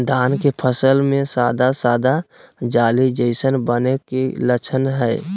धान के फसल में सादा सादा जाली जईसन बने के कि लक्षण हय?